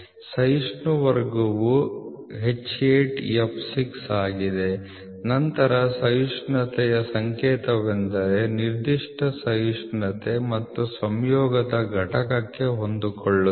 ಸಹಿಷ್ಣು ವರ್ಗವು H8 f6 ಆಗಿದೆ ನಂತರ ಸಹಿಷ್ಣುತೆಯ ಸಂಕೇತವೆಂದರೆ ನಿರ್ದಿಷ್ಟ ಸಹಿಷ್ಣುತೆ ಮತ್ತು ಸಂಯೋಗದ ಘಟಕಕ್ಕೆ ಹೊಂದಿಕೊಳ್ಳುತ್ತದೆ